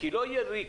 כי לא יהיה ריק.